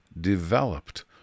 developed